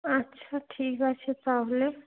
আচ্ছা ঠিক আছে তাহলে